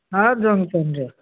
ହଁ ଜନ୍ସନ୍ର